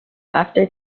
after